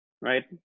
Right